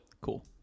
Cool